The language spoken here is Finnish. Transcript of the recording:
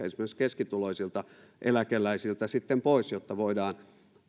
esimerkiksi keskituloisilta eläkeläisiltä sitten pois jotta voidaan